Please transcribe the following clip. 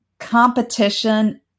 competition